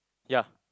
ya